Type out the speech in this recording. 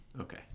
Okay